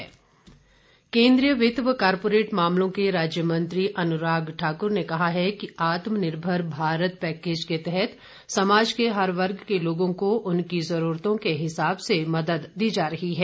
अनुराग ठाकुर केन्द्रीय वित्त व कारपोरेट मामलों के राज्य मंत्री अनुराग ठाकुर ने कहा है कि आत्म निर्भर भारत पैकेज के तहत समाज के हर वर्ग के लोगों को उनकी जरूरतों के हिसाब से मदद दी जा रही है